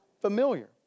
familiar